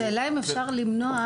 השאלה אם אפשר למנוע